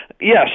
yes